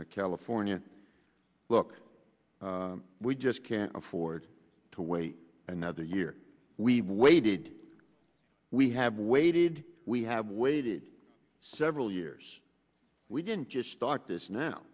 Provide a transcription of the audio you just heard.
california look we just can't afford to wait another year we've waited we have waited we have waited several years we didn't just start this now